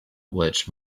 which